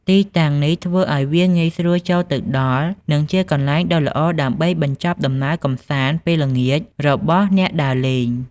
ទីតាំងនេះធ្វើឱ្យវាងាយស្រួលចូលទៅដល់ និងជាកន្លែងដ៏ល្អដើម្បីបញ្ចប់ដំណើរកម្សាន្តពេលល្ងាចរបស់អ្នកដើរលេង។